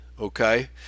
okay